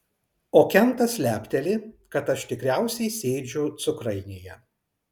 o kentas lepteli kad aš tikriausiai sėdžiu cukrainėje